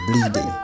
bleeding